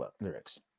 lyrics